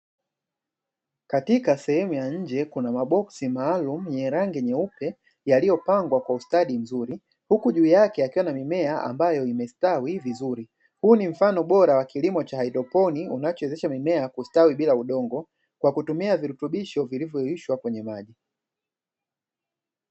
Katika sehemu ya nje kuna maboksi maalumu yenye rangi nyeupe yaliyopangwa kwa ustadi mzuri huku juu yake yakiwa na mimea ilioyostawi vizuri. Huu ni mfano bora wa kilimo cha haidroponi unaowezesha mimea kustawi bila udongo kwa kutumia virutubisho vilivyoyeyushwa kwenye maji.